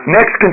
Next